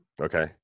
Okay